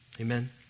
Amen